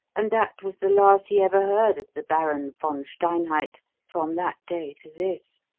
and that was the last he ever heard of the baron von steinheid from that day to this.